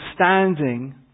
standing